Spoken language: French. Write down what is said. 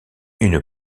une